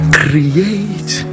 create